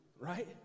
right